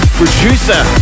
producer